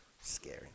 Scary